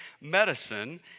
medicine